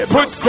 Put